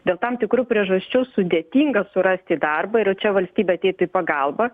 dėl tam tikrų priežasčių sudėtinga surasti darbą ir jau čia valstybė ateitų į pagalbą